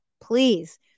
Please